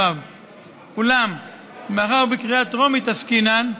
אולם מאחר שבקריאה טרומית עסקינן,